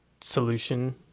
solution